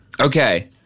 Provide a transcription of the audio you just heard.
Okay